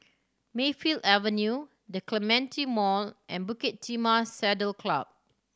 Mayfield Avenue The Clementi Mall and Bukit Timah Saddle Club